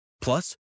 Plus